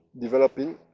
developing